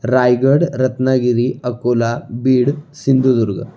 Raigad Ratnagiri Akola Beed Sindhudurg